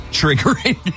triggering